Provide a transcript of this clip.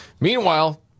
Meanwhile